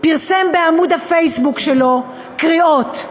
פרסם בעמוד הפייסבוק שלו קריאות,